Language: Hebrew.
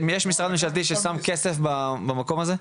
יש משרד ממשלתי ששם כסף במקום הזה?